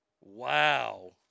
Wow